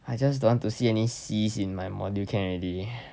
I just don't want to see any Cs in my module can already